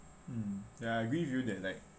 mm ya I agree with you that like